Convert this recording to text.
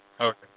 Okay